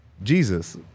Jesus